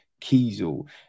Kiesel